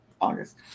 August